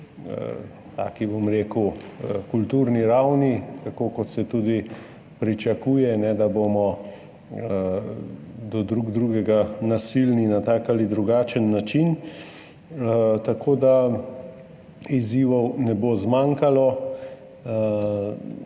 kulturni ravni, tako kot se tudi pričakuje, da ne bomo drug do drugega nasilni na tak ali drugačen način, tako da izzivov ne bo zmanjkalo.